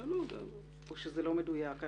או שזה לא מדויק?